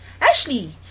Ashley